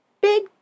big